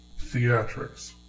theatrics